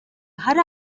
hari